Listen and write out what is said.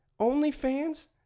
OnlyFans